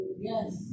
Yes